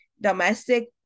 domestic